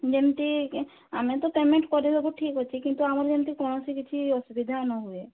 ଯେମିତି ଆମେ ତ ପେମେଣ୍ଟ୍ କରିଦେବୁ ଠିକ୍ ଅଛି କିନ୍ତୁ ଆମର ଯେମିତି କୌଣସି କିଛି ଅସୁବିଧା ନ ହୁଏ